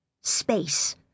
Space